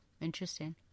Interesting